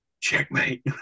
Checkmate